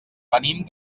venim